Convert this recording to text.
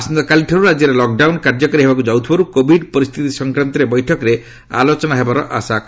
ଆସନ୍ତାକାଲିଠାରୁ ରାଜ୍ୟରେ ଲକଡାଉନ କାର୍ଯ୍ୟକାରୀ ହେବାକୁ ଯାଉଥିବାରୁ କୋଭିଡ ପରିସ୍ଥିତି ସଂକ୍ରାନ୍ତରେ ବୈଠକରେ ଆଲୋଚନା ହେବାର ଆଶା କରାଯାଉଛି